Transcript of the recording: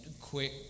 quick